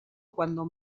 cuando